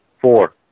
Four